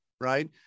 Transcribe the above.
right